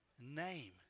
Name